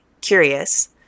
curious